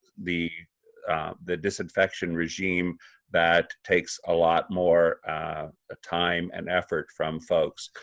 the the disinfection regime that takes a lot more ah time and effort from folks.